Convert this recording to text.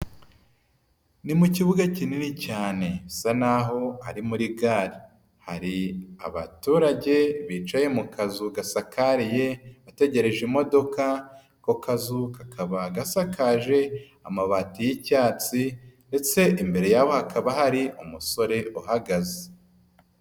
Ni mu kibuga kinini cyane bisa n'aho ari muri gare, hari abaturage bicaye mu kazu gasakariye bategereje imodoka, ako kazu kakaba gasakaje amabati y'icyatsi ndetse imbere y'aho hakaba hari umusore uhagaze.